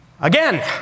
Again